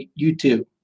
YouTube